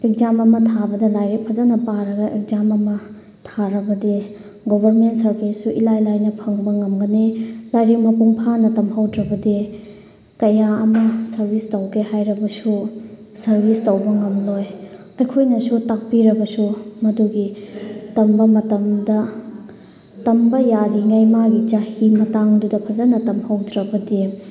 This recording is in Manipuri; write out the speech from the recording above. ꯑꯦꯛꯖꯥꯝ ꯑꯃ ꯊꯥꯕꯗ ꯂꯥꯏꯔꯤꯛ ꯐꯖꯅ ꯄꯥꯔꯒ ꯑꯦꯛꯖꯥꯝ ꯑꯃ ꯊꯥꯔꯕꯗꯤ ꯒꯣꯕꯔꯃꯦꯟ ꯁꯔꯚꯤꯁꯁꯨ ꯏꯂꯥꯏ ꯂꯥꯏꯅ ꯐꯪꯕ ꯉꯝꯒꯅꯤ ꯂꯥꯏꯔꯤꯛ ꯃꯄꯨꯡ ꯐꯥꯅ ꯇꯝꯍꯧꯗ꯭ꯔꯕꯗꯤ ꯀꯌꯥ ꯑꯃ ꯁꯔꯚꯤꯁ ꯇꯧꯒꯦ ꯍꯥꯏꯔꯕꯁꯨ ꯁꯔꯚꯤꯁ ꯇꯧꯕ ꯉꯝꯂꯣꯏ ꯑꯩꯈꯣꯏꯅꯁꯨ ꯇꯥꯛꯄꯤꯔꯕꯁꯨ ꯃꯗꯨꯒꯤ ꯇꯝꯕ ꯃꯇꯝꯗ ꯇꯝꯕ ꯌꯥꯔꯤꯉꯩ ꯃꯥꯒꯤ ꯆꯍꯤ ꯃꯇꯥꯡꯗꯨꯗ ꯐꯖꯅ ꯇꯝꯍꯧꯗ꯭ꯔꯕꯗꯤ